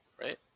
Right